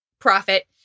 Profit